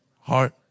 Heart